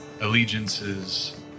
Allegiances